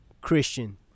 Christian